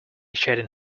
shedding